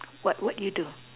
what would you do